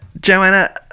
Joanna